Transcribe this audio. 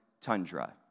tundra